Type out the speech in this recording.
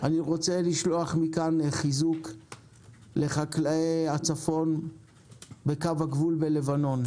אני רוצה לשלוח מכאן חיזוק לחקלאי הצפון בקו הגבול בלבנון.